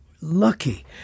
lucky